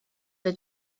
oedd